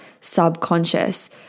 subconscious